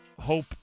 hope